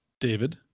David